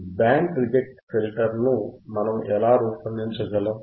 ఈ band reject ఫిల్టర్ను మనము ఎలా రూపొందించగలం